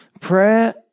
prayer